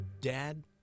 Dad